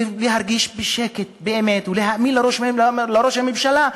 להרגיש בשקט באמת ולהאמין לראש הממשלה,